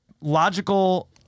logical